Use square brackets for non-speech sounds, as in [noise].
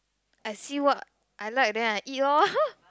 I see what I like then I eat loh [laughs]